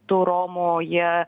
tų romų jie